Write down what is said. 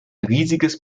riesiges